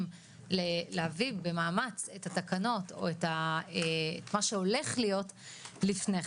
להביא במאמץ את התקנות או את מה שהולך להיות לפני כן.